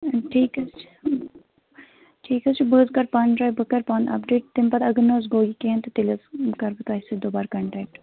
ٹھیٖک حظ چھُ ٹھیٖک حظ چھُ بہٕ حظ کَرٕ پانہٕ ٹرٛے بہٕ کَرٕ پانہٕ اَپ ڈیٚٹ تَمہِ پَتہٕ اگر نہٕ حظ گوٚو یہِ کیٚنٛہہ تیٚلہِ حظ کَرٕ بہٕ تۅہہِ سٍتۍ دُبارٕکنٹیکٹ